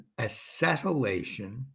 acetylation